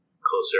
closer